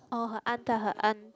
oh her aunt tell her aunt